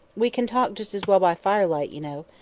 we can talk just as well by firelight, you know.